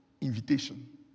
invitation